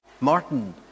Martin